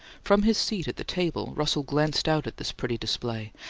from his seat at the table, russell glanced out at this pretty display,